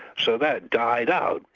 so that died out.